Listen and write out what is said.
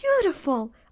beautiful